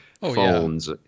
phones